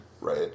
right